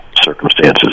circumstances